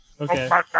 Okay